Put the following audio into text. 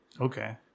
okay